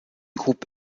groupe